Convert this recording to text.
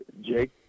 Jake